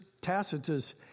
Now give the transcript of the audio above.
Tacitus